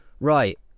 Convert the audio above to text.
right